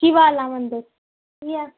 शिबाला मंदर बी ऐ